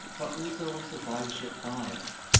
but also on survivorship bias.